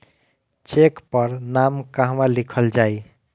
Check पर नाम कहवा लिखल जाइ?